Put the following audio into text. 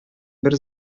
бер